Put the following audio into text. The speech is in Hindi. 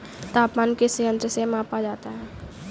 तापमान किस यंत्र से मापा जाता है?